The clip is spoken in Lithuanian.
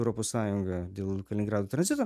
europos sąjunga dėl kaliningrado tranzito